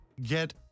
Get